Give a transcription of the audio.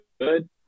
good